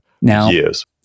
years